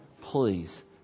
please